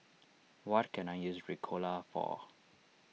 what can I use Ricola for